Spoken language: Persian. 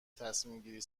تصمیمگیری